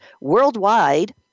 worldwide